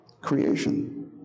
Creation